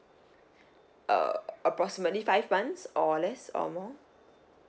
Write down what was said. uh approximately five months or less or more